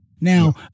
Now